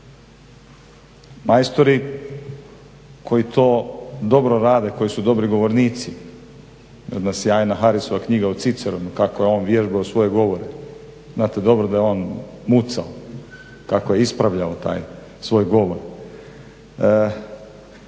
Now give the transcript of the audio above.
Majstori koji to dobro rade, koji su dobri govornici ima jedna sjajna Harrissova knjiga o Ciceronu kako je on vježbao svoje govore. Znate dobro da je on mucao, kako je ispravljao taj svoj govor.